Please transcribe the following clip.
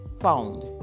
found